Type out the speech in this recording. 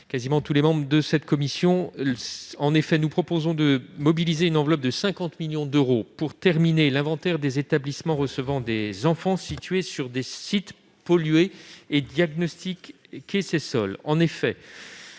quasiment tous les membres de cette commission. Nous proposons de mobiliser une enveloppe de 50 millions d'euros pour terminer l'inventaire des établissements recevant des enfants qui sont situés sur des sites pollués, et pour diagnostiquer ces sols.